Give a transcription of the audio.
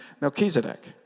Melchizedek